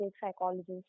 psychologist